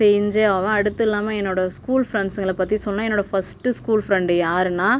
செஞ்சே ஆவேன் அடுத்து இல்லாமல் என்னோட ஸ்கூல் ஃப்ரண்ட்ஸுங்களை பற்றி சொன்னால் என்னோட ஃபஸ்ட் ஸ்கூல் ஃப்ரண்ட் யாருன்னால்